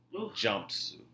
jumpsuit